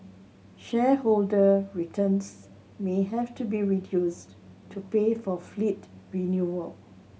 shareholder returns may have to be reduced to pay for fleet renewal